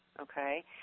okay